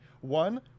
One